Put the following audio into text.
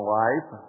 life